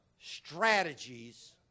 strategies